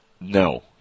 no